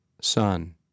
son